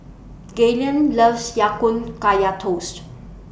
Galen loves Ya Kun Kaya Toast